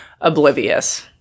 oblivious